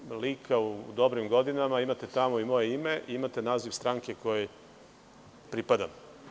Osim mog lika u dobrim godinama, imate tamo i moje ime i imate naziv stranke kojoj pripadam.